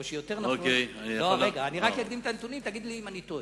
אני אתן את הנתונים ותגיד לי אם אני טועה: